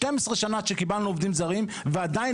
12 שנה עד שקיבלנו עובדים זרים ועדיין,